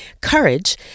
courage